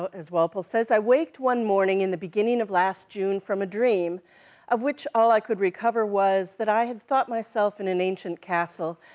as walpole says, i waked one morning in the beginning of last june from a dream of which all i could recover was that i had thought myself in an ancient castle,